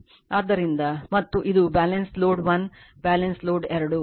ಆದ್ದರಿಂದ ಮತ್ತು ಇದು ಬ್ಯಾಲೆನ್ಸ್ ಲೋಡ್ 1 ಬ್ಯಾಲೆನ್ಸ್ ಲೋಡ್ 2